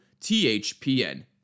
THPN